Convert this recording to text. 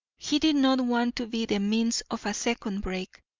he did not want to be the means of a second break,